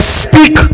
speak